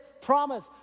promise